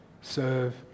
serve